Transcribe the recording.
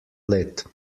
let